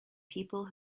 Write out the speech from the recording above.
people